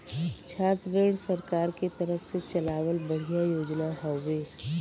छात्र ऋण सरकार के तरफ से चलावल बढ़िया योजना हौवे